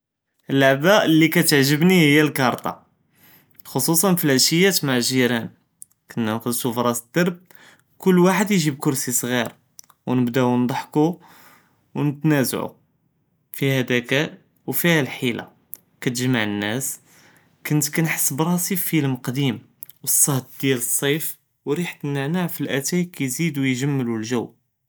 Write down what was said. אללעבָּה לי כִּיתְעְגְ׳בְּנִי היא לְכַּארטָה, ח׳וסוסא פִלעְשִיָה מעא לגִ׳ירָאן כֻּנָא כּנְחרְגו פְראס לד׳ר, ו כֻּל ואחד כִּיגִ׳יבּ כְּרסִי צּע׳יר ו נְבְּדָאו נצחכו ו נִתְנָאזְעו, פיהא דְּכָּאא ו פִיהָא חִילָה, כִּתְגְ׳מַע נאס. כנת כּנחס בִּראסִי פִילְם קדִים פִלצְּהְד דיאל צִּיף ו רִיחָה לנַענַאע פִלאאתַאי כִּיזִידו יְגְ׳מְלו לג׳ו.